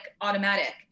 automatic